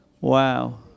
Wow